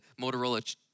Motorola